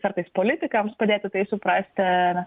kartais politikams padėti tai suprasti ir